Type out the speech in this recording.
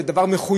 וזה דבר מחויב,